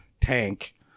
tank